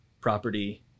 property